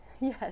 Yes